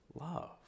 love